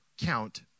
count